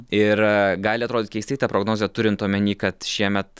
ir gali atrodyt keistai ta prognozė turint omeny kad šiemet